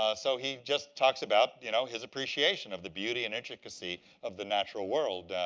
ah so he just talks about you know his appreciation of the beauty and intricacy of the natural world.